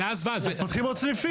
אז פותחים עוד סניפים.